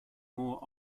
more